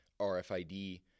rfid